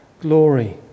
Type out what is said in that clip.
glory